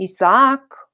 Isaac